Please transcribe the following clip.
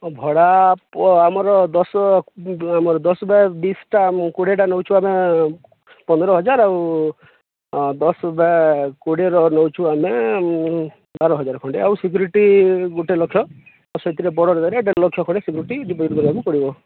ଭଡ଼ା ପ ଆମର ଦଶ ଆମର ଦଶ ଟା ଆମେ କୋଡ଼ିଏଟା ନେଉଛୁ ଆମେ ପନ୍ଦର ହଜାର ଆଉ ଦଶ ବାଇ କୁଡ଼ିଏର ନେଉଛୁ ଆମେ ବାର ହଜାର ଖଣ୍ଡେ ଆଉ ସିକ୍ୟୁରିଟି ଗୁଟେ ଲକ୍ଷ ଆଉ ସେଥିରେ ଦେଢ଼ ଲକ୍ଷ ଖଣ୍ଡେ ସିକ୍ୟୁରିଟି ଡ଼ିପୋଜିଟ୍ କରିବାକୁ ପଡ଼ିବ